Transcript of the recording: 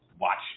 watch